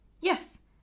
Yes